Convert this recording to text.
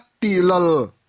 Tilal